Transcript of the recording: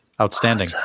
Outstanding